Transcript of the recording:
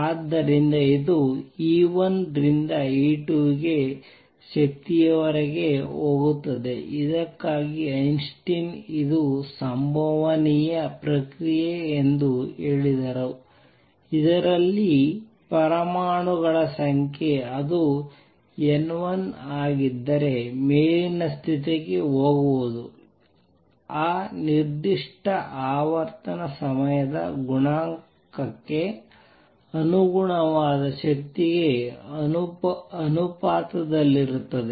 ಆದ್ದರಿಂದ ಇದು E1 ರಿಂದ E2 ಶಕ್ತಿಯವರೆಗೆ ಹೋಗುತ್ತದೆ ಇದಕ್ಕಾಗಿ ಐನ್ಸ್ಟೈನ್ ಇದು ಸಂಭವನೀಯ ಪ್ರಕ್ರಿಯೆ ಎಂದು ಹೇಳಿದರು ಇದರಲ್ಲಿ ಪರಮಾಣುಗಳ ಸಂಖ್ಯೆ ಅದು N1 ಆಗಿದ್ದರೆ ಮೇಲಿನ ಸ್ಥಿತಿಗೆ ಹೋಗುವುದು ಆ ನಿರ್ದಿಷ್ಟ ಆವರ್ತನ ಸಮಯದ ಗುಣಾಂಕಕ್ಕೆ ಅನುಗುಣವಾದ ಶಕ್ತಿಗೆ ಅನುಪಾತದಲ್ಲಿರುತ್ತದೆ